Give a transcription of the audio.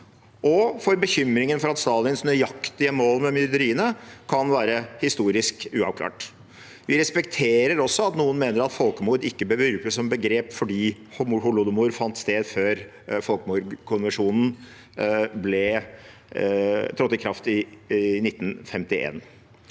og for bekymringen for at Stalins nøyaktige mål med myrderiene kan være historisk uavklart. Vi respekterer også at noen mener at folkemord ikke bør brukes som begrep fordi holodomor fant sted før folkemordkonvensjonen trådte i kraft i 1951.